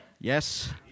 yes